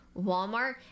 walmart